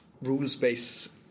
rules-based